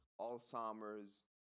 Alzheimer's